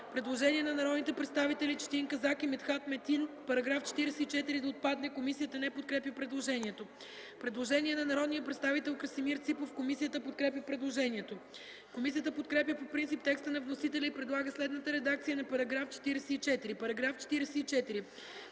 Предложение на народните представители Четин Казак и Митхат Метин § 44 да отпадне. Комисията не подкрепя предложението. Предложение на народния представител Красимир Ципов. Комисията подкрепя предложението. Комисията подкрепя по принцип текста на вносителя и предлага следната редакция на § 44: „§ 44.